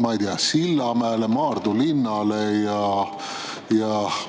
ma ei tea, Sillamäele, Maardu linnale ja